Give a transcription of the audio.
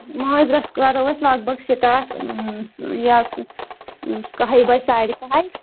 مٲنٛزِ رَاتھ کَرو أسۍ لگ بگ سِٹاٹ یا کَہہِ بَجہِ ساڑِ کَہہِ